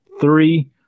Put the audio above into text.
Three